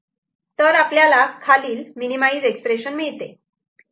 तर आपल्याला खालील मिनिमाईज एक्सप्रेशन मिळते